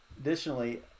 additionally